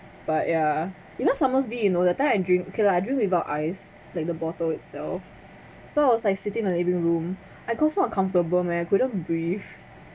but ya because somersby you know that time I drink okay lah I drink without ice like the bottle itself so I was like sitting in the living room I got so uncomfortable man I couldn't breathe